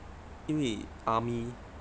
因为 army